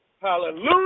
Hallelujah